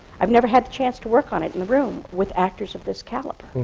i've never had the chance to work on it in the room, with actors of this caliber.